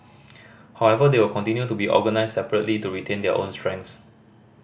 however they will continue to be organised separately to retain their own strengths